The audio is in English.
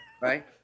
Right